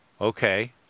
okay